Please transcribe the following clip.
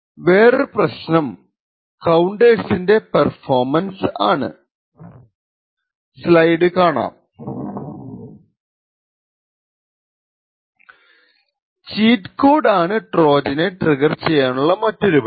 വേറൊരു പ്രശ് നം കൌണ്ടെർസിന്റെ പെർഫോമൻസ് ആണ് ചീറ്റ് കോഡ് ആണ് ട്രോജനെ ട്രിഗർ ചെയ്യാനുള്ള മറ്റൊരു വഴി